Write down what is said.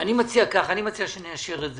אני מציע שנאשר את זה.